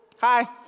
Hi